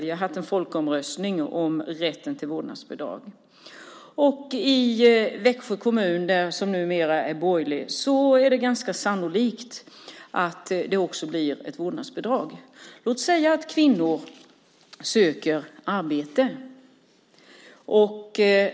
Vi har haft en folkomröstning om rätten till vårdnadsbidrag. I den numera borgerliga Växjö kommun är det sannolikt att det också blir ett vårdnadsbidrag. Låt säga att kvinnor söker arbete.